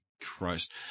Christ